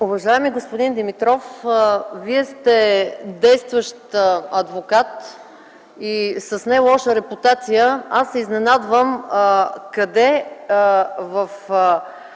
Уважаеми господин Димитров, Вие сте действащ адвокат и с не лоша репутация. Аз се изненадвам къде в